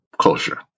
culture